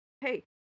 hey